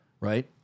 right